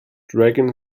dragon